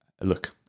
Look